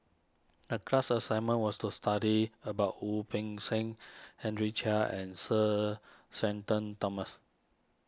the class assignment was to study about Wu Peng Seng Henry Chia and Sir Shenton Thomas